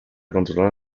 controlar